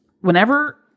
whenever